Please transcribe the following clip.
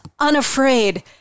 Unafraid